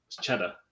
cheddar